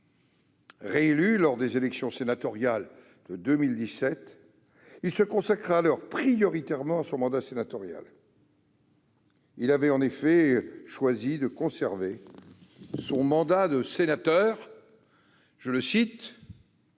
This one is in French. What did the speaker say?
Réélu lors des élections sénatoriales de 2017, il se consacra alors prioritairement à son mandat sénatorial. Il avait en effet choisi de conserver son mandat de sénateur « pour